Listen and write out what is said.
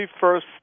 first